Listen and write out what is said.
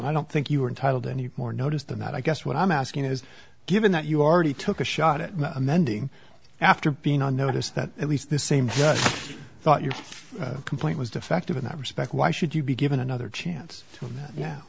i don't think you are entitled to any more notice than that i guess what i'm asking is given that you already took a shot at my amending after being on notice that at least the same thought your complaint was defective in that respect why should you be given another chance yeah